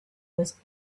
was